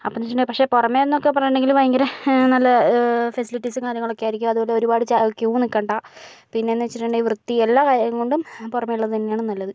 അപ്പോൾ എന്ന് വെച്ചിട്ടുണ്ടെങ്കിൽ പക്ഷെ പുറമേ എന്നൊക്കെ പറയണമെങ്കില് ഭയങ്കര നല്ല ഫെസിലിറ്റീസും കാര്യങ്ങളൊക്കെ ആയിരിക്കും അതേപോലെ ഒരുപാട് ചാ ക്യൂ നിക്കേണ്ട പിന്നെ എന്ന് വെച്ചിട്ടുണ്ടെങ്കിൽ വൃത്തി എല്ലാ കാര്യം കൊണ്ടും പുറമെ ഉള്ളത് തന്നെയാണ് നല്ലത്